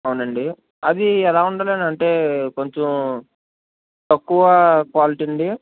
అవునండి అవి ఎలా ఉండాలి అనంటే కొంచెం తక్కువ క్వాలిటీ ఉంది